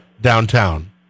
downtown